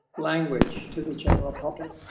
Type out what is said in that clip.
language to the general public,